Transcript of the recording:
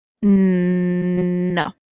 no